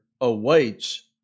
awaits